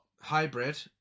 Hybrid